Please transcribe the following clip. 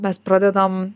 mes pradedam